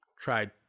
tried